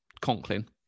Conklin